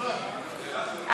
(קוראת בשמות חברי הכנסת) זאב בנימין בגין,